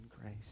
grace